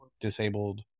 disabled